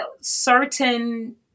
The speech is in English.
certain